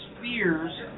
fears